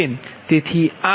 તેથી આ કહે બસ 1 છે